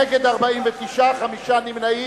נגד, 49, חמישה נמנעים.